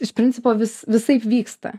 iš principo vis visaip vyksta